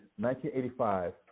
1985